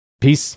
Peace